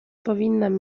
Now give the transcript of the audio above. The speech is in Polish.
powinnam